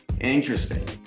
interesting